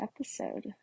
episode